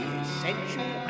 essential